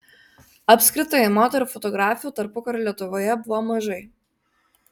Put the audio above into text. apskritai moterų fotografių tarpukario lietuvoje buvo mažai